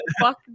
fuck